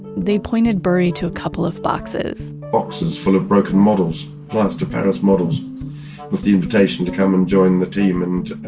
they point ah burry to a couple of boxes boxes full of broken models, plaster of paris models with the invitation to come and join the team and